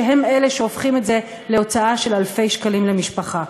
שהם אלה שהופכים את זה להוצאה של אלפי שקלים למשפחה.